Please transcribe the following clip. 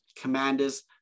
commanders